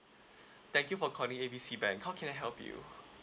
thank you for calling A B C bank how can I help you